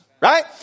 right